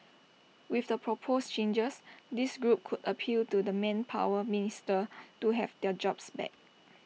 with the proposed changes this group could appeal to the manpower minister to have their jobs back